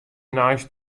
neist